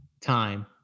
time